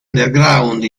underground